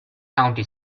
county